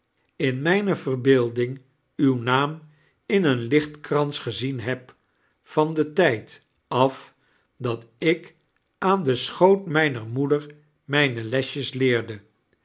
in mijne verbeelding uw naam in een lichtkrans gezien hefa van den tijd af dat ik aan den schoot mijrier moeder mijne lesjes leerde